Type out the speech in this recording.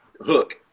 Hook